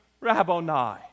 Rabboni